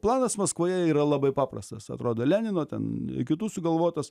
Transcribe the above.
planas maskvoje yra labai paprastas atrodo lenino ten kitų sugalvotas